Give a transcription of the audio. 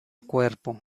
cuerpo